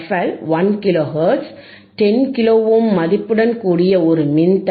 L 1 kilo hertz 10 kilo ohm மதிப்புடன் கூடிய ஒரு மின்தடை